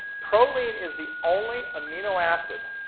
proline is the only amino acid